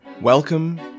Welcome